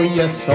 yes